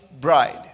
bride